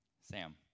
Sam